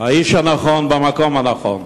האיש הנכון במקום הנכון.